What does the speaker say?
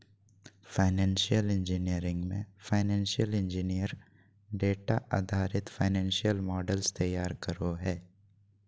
financial engineering मे financial engineer data आधारित financial models तैयार करो हय